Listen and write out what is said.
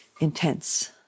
intense